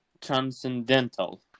transcendental